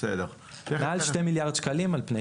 מעל שתי מיליארד שקלים.